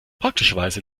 praktischerweise